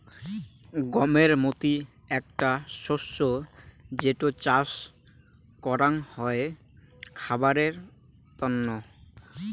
গমের মতি আকটা শস্য যেটো চাস করাঙ হই খাবারের তন্ন